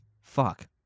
Fuck